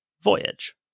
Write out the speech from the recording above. voyage